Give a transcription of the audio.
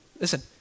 Listen